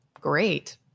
great